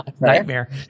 nightmare